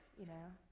you know?